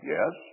Yes